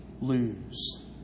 lose